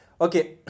Okay